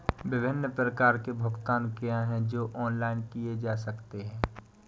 विभिन्न प्रकार के भुगतान क्या हैं जो ऑनलाइन किए जा सकते हैं?